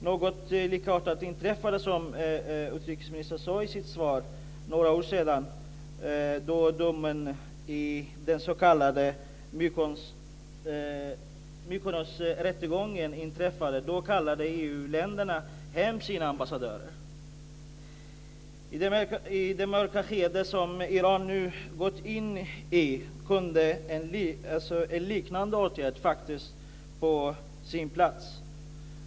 Något likartat inträffade för några år sedan, som utrikesministern sade i sitt svar, då domen i den s.k. Mykonosrättegången föll. Då kallade EU-länderna hem sina ambassadörer. I det mörka skede som Iran nu gått in i kunde en liknande åtgärd vara på sin plats.